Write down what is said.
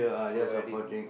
is providing